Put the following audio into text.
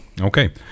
Okay